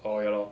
orh ya lor